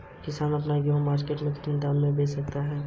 किसान अपना गेहूँ मार्केट में कितने दाम में बेच सकता है?